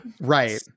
right